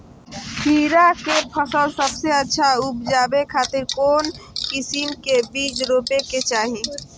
खीरा के फसल सबसे अच्छा उबजावे खातिर कौन किस्म के बीज रोपे के चाही?